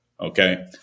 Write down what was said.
Okay